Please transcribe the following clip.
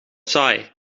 saai